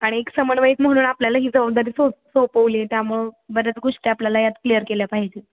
आणि एक समन्वयक म्हणून आपल्याला ही जबाबदारी सो सोपवली आहे त्यामुळं बऱ्याच गोष्टी आपल्याला यात क्लिअर केल्या पाहिजे